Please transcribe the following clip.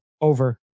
Over